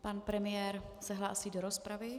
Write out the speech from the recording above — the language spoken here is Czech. Pan premiér se hlásí do rozpravy.